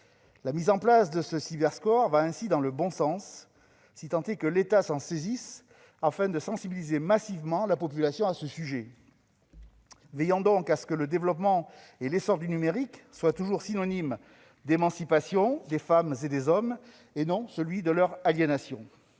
La mise en place d'un Cyber-score va dans le bon sens, sous réserve que l'État s'en saisisse pour sensibiliser massivement la population à ce sujet. Veillons à ce que le développement et l'essor du numérique soient toujours synonymes de l'émancipation des femmes et des hommes et non de leur aliénation.